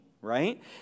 Right